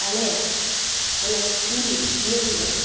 ᱟᱞᱮᱭᱟᱜ ᱚᱱᱟ ᱤᱥᱠᱩᱞ ᱡᱤᱭᱟᱹᱱ ᱫᱚ